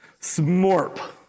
SMORP